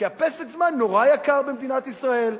כי ה"פסק זמן" נורא יקר במדינת ישראל.